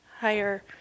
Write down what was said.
higher